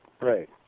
right